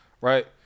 right